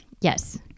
Yes